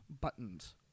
Buttons